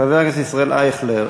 חבר הכנסת ישראל אייכלר,